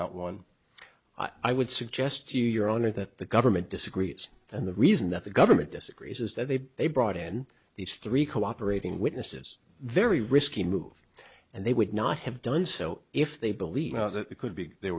one i would suggest you your honor that the government disagrees and the reason that the government disagrees is that they they brought in these three cooperating witnesses very risky move and they would not have done so if they believe that they could be they